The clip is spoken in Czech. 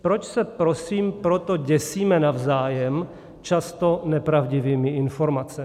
Proč se prosím proto děsíme navzájem často nepravdivými informacemi?